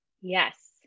Yes